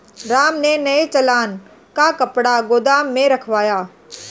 राम ने नए चालान का कपड़ा गोदाम में रखवाया